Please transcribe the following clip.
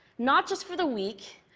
not just for the week,